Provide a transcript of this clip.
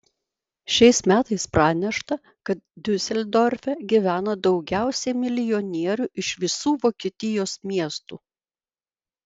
šiais metais pranešta kad diuseldorfe gyvena daugiausiai milijonierių iš visų vokietijos miestų